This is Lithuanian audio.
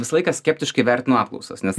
visą laiką skeptiškai vertinu apklausas nes